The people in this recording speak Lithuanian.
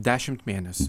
dešimt mėnesių